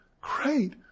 great